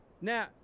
Now